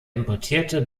importierte